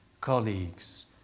colleagues